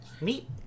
Meet